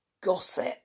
Gossip